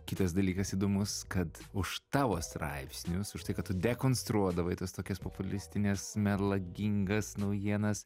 kitas dalykas įdomus kad už tavo straipsnius už tai kad tu dekonstruodavai tas tokias populistines melagingas naujienas